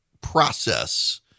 process